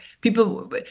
people